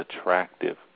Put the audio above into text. attractive